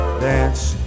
dance